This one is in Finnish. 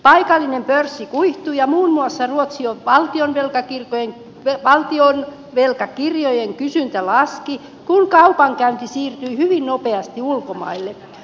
paikallinen pörssi kuihtui ja muun muassa ruotsin valtio joka ilta ja vakioel belcar valtionvelkakirjojen kysyntä laski kun kaupankäynti siirtyi hyvin nopeasti ulkomaille